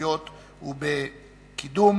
מוגבלות וקידום